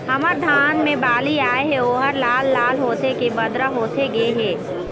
हमर धान मे बाली आए हे ओहर लाल लाल होथे के बदरा होथे गे हे?